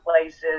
places